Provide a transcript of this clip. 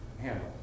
handle